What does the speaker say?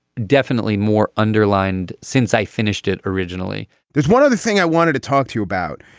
definitely more underlined since i finished it originally there's one other thing i wanted to talk to you about.